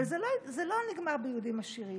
אבל זה לא נגמר ביהודים עשירים,